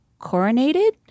coronated